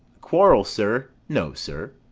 quarrel, sir? no, sir.